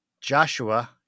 Joshua